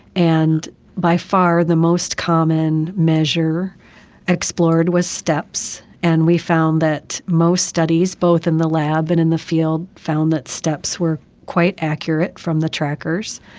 and by far the most common measure explored was steps. and we found that most studies, both in the lab and in the field found that steps were quite accurate from the trackers.